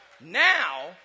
Now